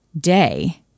day